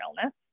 illness